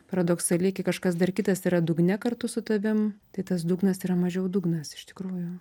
paradoksaliai kai kažkas dar kitas yra dugne kartu su tavim tai tas dugnas yra mažiau dugnas iš tikrųjų